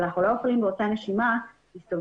אבל אנחנו לא יכולים באותה נשימה להסתובב